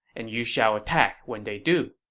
and you shall attack when they do.